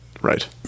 right